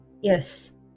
Yes